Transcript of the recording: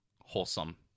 wholesome